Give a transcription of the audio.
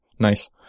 Nice